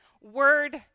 Word